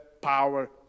power